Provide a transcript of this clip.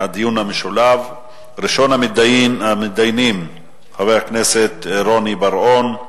ראשון המתדיינים, חבר הכנסת רוני בר-און,